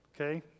Okay